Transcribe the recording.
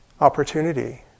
opportunity